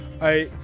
I-